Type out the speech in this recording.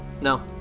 No